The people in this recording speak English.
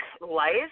Life